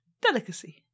Delicacy